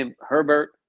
Herbert